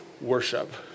worship